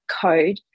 code